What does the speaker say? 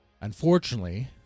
Unfortunately